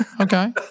Okay